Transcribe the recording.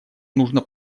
нужно